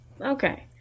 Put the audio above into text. Okay